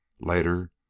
Later